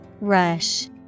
Rush